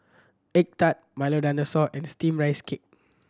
egg tart Milo Dinosaur and Steamed Rice Cake